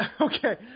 okay